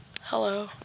Hello